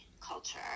culture